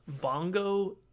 bongo